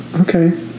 Okay